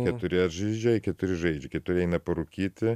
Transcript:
keturi atžaidžia keturi žaidžia keturi eina parūkyti